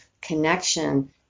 connection